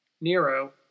Nero